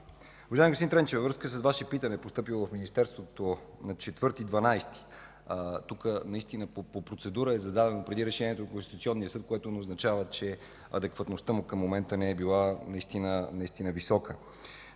Уважаеми господин Тренчев, във връзка с Ваше питане, постъпило в Министерството на 4 декември – по процедура е зададено преди решението на Конституционния съд, което не означава, че адекватността му към момента не е наистина висока.